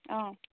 অঁ